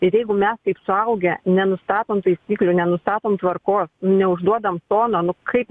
ir jeigu mes kaip suaugę nenustatom taisyklių nenustatom tvarkos neužduodam tono nu kaip